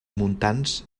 muntants